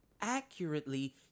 accurately